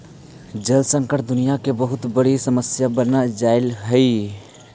जल संकट दुनियां के बहुत बड़ी समस्या बनल जाइत हई